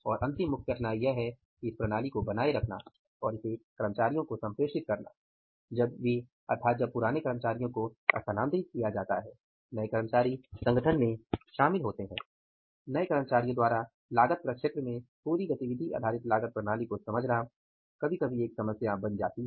और अंतिम मुख्य कठिनाई यह है कि इस प्रणाली को बनाए रखना और इसे कर्मचारियों को संप्रेषित करना जब वे अर्थात जब पुराने कर्मचारियों को स्थानांतरित किया जाता है नए कर्मचारी संगठन में शामिल होते हैं नए कर्मचारियों द्वारा लागत प्रक्षेत्र में पूरे एबीसी सिस्टम को समझना कभी कभी एक समस्या बन जाती है